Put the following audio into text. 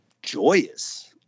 Joyous